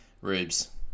Rubes